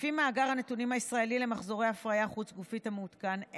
לפי מאגר הנתונים הישראלי למחזורי הפריה חוץ-גופית המעודכן,